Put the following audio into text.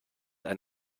ein